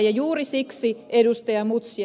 juuri siksi ed